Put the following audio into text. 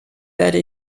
werde